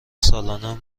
سالانه